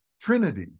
Trinity